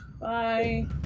Bye